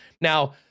Now